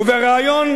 ובריאיון